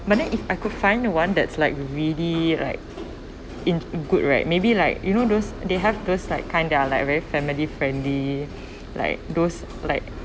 but then if I could find one that's like really like in good right maybe like you know those they have those like kind of like very family friendly like those like